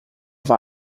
war